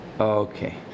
Okay